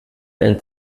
ein